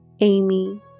Amy